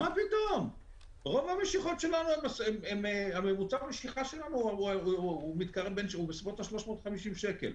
מה פתאום, ממוצע המשיכה שלנו הוא בסביבות 350 שקל.